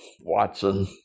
Watson